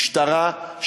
משטרה,